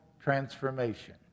transformation